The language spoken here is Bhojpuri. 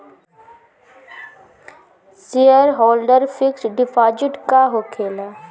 सेयरहोल्डर फिक्स डिपाँजिट का होखे ला?